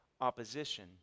opposition